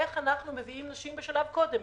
איך אנחנו מביאים נשים שהן בשלב קודם,